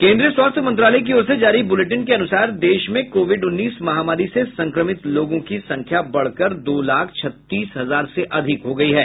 केंद्रीय स्वास्थ्य मंत्रालय की ओर से जारी बुलेटिन के अनुसार देश में कोविड उन्नीस महामारी से संक्रमित लोगों की संख्या बढ़कर दो लाख छत्तीस हजार से अधिक हो गयी है